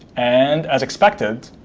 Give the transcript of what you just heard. and, as expected,